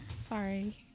sorry